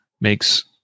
makes